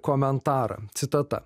komentarą citata